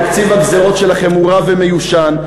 תקציב הגזירות שלכם הוא רע ומיושן.